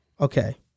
Okay